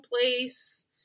place